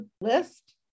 list